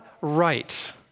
right